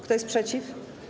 Kto jest przeciw?